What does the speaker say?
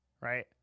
Right